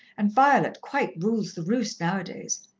and violet quite rules the roost now-a-days.